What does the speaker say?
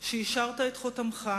שהשארת את חותמך,